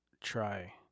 Try